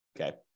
Okay